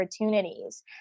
opportunities